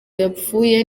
yapfuye